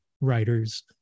writers